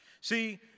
See